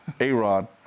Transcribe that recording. A-Rod